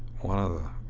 one of the